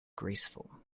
graceful